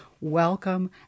Welcome